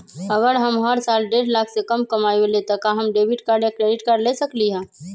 अगर हम हर साल डेढ़ लाख से कम कमावईले त का हम डेबिट कार्ड या क्रेडिट कार्ड ले सकली ह?